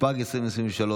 התשפ"ג 2023,